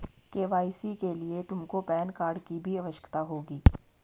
KYC के लिए तुमको पैन कार्ड की भी आवश्यकता होगी